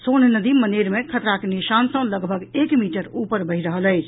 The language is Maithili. सोन नदी मनेर मे खतराक निशान सँ लगभग एक मीटर उपर बहि रहल अछि